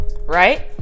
right